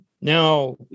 now